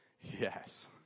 yes